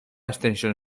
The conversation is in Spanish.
extensión